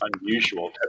Unusual